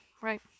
right